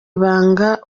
ibanga